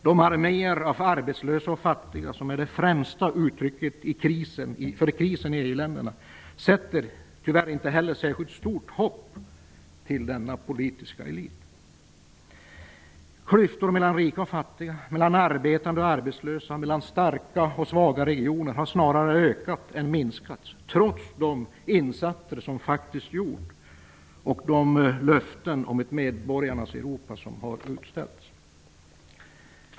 De arméer av arbetslösa och fattiga som är det främsta uttrycket för krisen i EU-länderna sätter tyvärr inte heller särskilt stort hopp till denna politiska elit. Klyftorna mellan rika och fattiga, mellan arbetande och arbetslösa, mellan starka regioner och svaga regioner har snarare ökat än minskat, trots de insatser som faktiskt gjorts och de löften om ett medborgarnas Europa som har utställts.